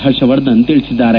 ಹರ್ಷವರ್ಧನ್ ತಿಳಿಸಿದ್ದಾರೆ